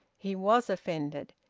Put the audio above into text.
he was offended.